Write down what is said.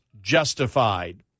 justified